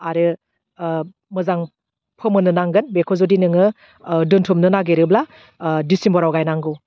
आरो ओह मोजां फोमोननो नांगोन बेखौ जुदि नोङो ओह दोनथुमनो नागिरोब्ला ओह डिसिम्बराव गायनांगौ